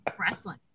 wrestling